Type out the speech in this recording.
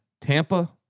Tampa